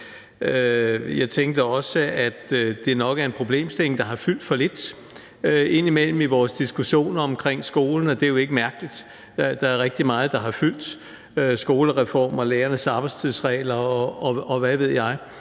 Jeg tænkte også, at det nok er en problemstilling, der har fyldt for lidt indimellem i vores diskussioner omkring skolen, og det er jo ikke mærkeligt, for der er rigtig meget, der har fyldt: skolereform, lærernes arbejdstidsregler, og hvad ved jeg.